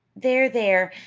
there, there!